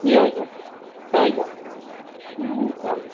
यो यो हय यो चल